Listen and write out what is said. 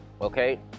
okay